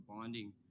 binding